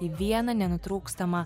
į vieną nenutrūkstamą